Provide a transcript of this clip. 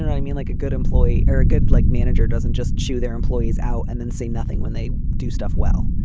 ah i mean, like a good employee or a good like manager doesn't just chew their employees out and then say nothing when they do stuff well.